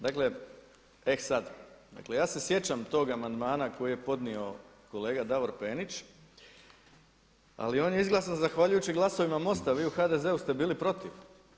Dakle, eh sad, dakle ja se sjećam tog amandmana koji je podnio kolega Davor Penić ali on je izglasan zahvaljujući glasovima MOST-a, vi u HDZ-u ste bili protiv.